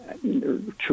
true